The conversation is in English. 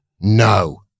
No